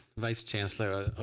vice chancellor